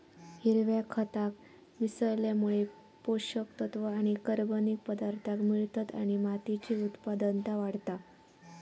हिरव्या खताक मिसळल्यामुळे पोषक तत्त्व आणि कर्बनिक पदार्थांक मिळतत आणि मातीची उत्पादनता वाढता